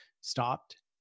stopped